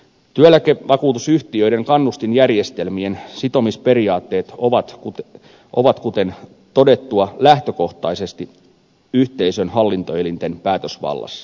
työeläkevakuutusyhtiöiden kannustinjärjestelmien sitomisperiaatteet ovat kuten todettua lähtökohtaisesti yhteisön hallintoelinten päätösvallassa